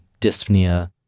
dyspnea